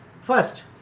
first